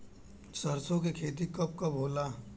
सरसों के खेती कब कब होला?